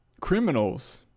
criminals